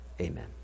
amen